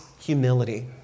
humility